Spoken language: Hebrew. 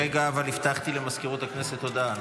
רגע, הבטחתי למזכירות הכנסת הודעה.